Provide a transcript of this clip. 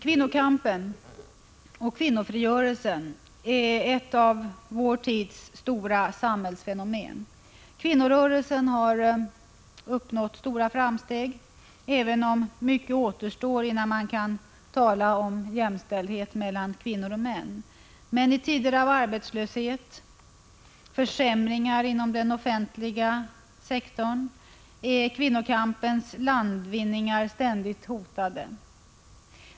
Kvinnokampen och kvinnofrigörelsen är ett av vår tids stora samhällsfenomen. Kvinnorörelsen har gjort stora framsteg, även om mycket återstår innan man kan tala om jämställdhet mellan kvinnor och män. Men i tider av arbetslöshet och försämringar inom den offentliga sektorn är kvinnokampens landvinningar ständigt hotade.